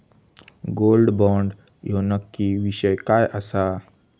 Gold bond ह्यो नक्की विषय काय आसा?